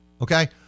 Okay